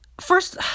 First